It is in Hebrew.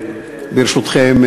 ברשותכם,